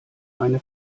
eine